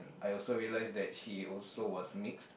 I also realised she also was mixed